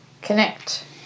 connect